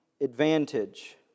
advantage